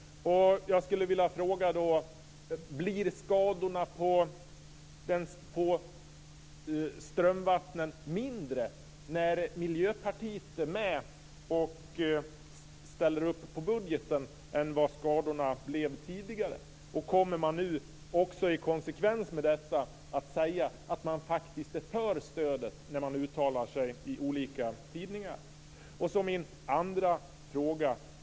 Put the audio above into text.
Jag skulle då vilja fråga: Blir skadorna på strömmarna mindre när Miljöpartiet ställer upp på budgeten än de blev tidigare? Kommer man att vara konsekvent och säga att man faktiskt är för stödet när man uttalar sig i olika tidningar? Sedan har jag en annan fråga.